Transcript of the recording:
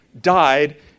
died